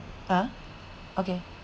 uh okay